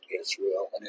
Israel